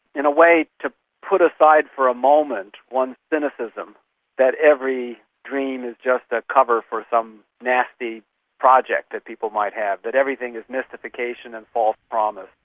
in a way to put aside for a moment one's cynicism that every dream is just a cover for some nasty project that people might have, that everything is mystification and false promise.